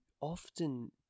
often